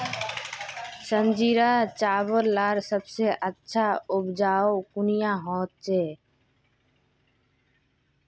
संजीरा चावल लार सबसे अच्छा उपजाऊ कुनियाँ होचए?